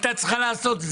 הייתה צריכה לעשות את זה.